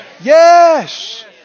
Yes